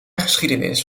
geschiedenis